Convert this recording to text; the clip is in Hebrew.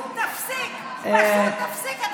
תפסיק, פשוט תפסיק.